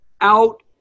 out